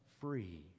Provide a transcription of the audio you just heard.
free